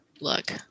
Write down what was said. look